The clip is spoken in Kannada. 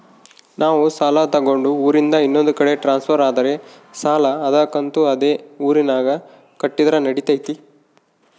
ನಾವು ಸಾಲ ತಗೊಂಡು ಊರಿಂದ ಇನ್ನೊಂದು ಕಡೆ ಟ್ರಾನ್ಸ್ಫರ್ ಆದರೆ ಸಾಲ ಕಂತು ಅದೇ ಊರಿನಾಗ ಕಟ್ಟಿದ್ರ ನಡಿತೈತಿ?